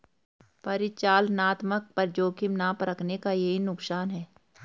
परिचालनात्मक जोखिम ना परखने का यही नुकसान है